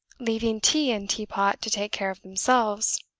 leaving tea and tea-pot to take care of themselves.